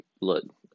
look